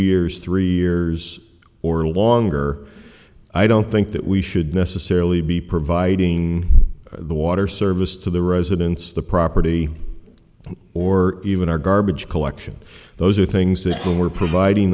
years three years or longer i don't think that we should necessarily be providing the water service to the residents the property or even our garbage collection those are things that we're providing